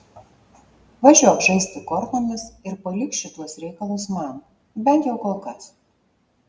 važiuok žaisti kortomis ir palik šituos reikalus man bent jau kol kas